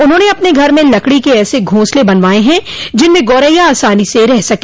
उन्होंने अपने घर में लकड़ी के ऐसे घोंसले बनवाये हैं जिनमें गौरैया आसानी से रह सके